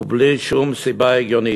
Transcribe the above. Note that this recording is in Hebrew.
ובלי שום סיבה הגיונית.